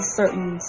certain